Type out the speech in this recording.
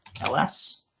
ls